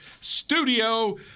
studio